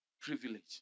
privilege